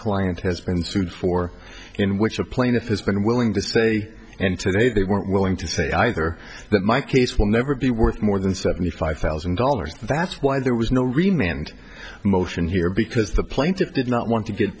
client has been sued for in which a plaintiff has been willing to say and today they weren't willing to say either that my case will never be worth more than seventy five thousand dollars that's why there was no remain and motion here because the plaintiffs did not want to get